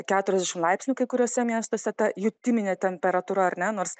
keturiasdešimt laipsnių kai kuriuose miestuose ta jutiminė temperatūra ar ne nors